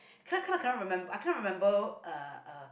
cannot cannot cannot remember I cannot remember uh uh